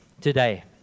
today